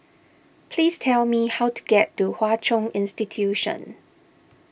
please tell me how to get to Hwa Chong Institution